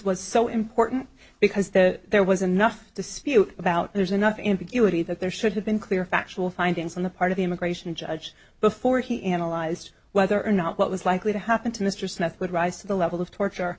was so important because the there was enough dispute about there's enough ambiguity that there should have been clear factual findings on the part of the immigration judge before he analyzed whether or not what was likely to happen to mr smith would rise to the level of torture